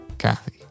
Kathy